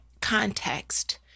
context